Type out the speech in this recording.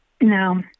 No